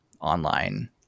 online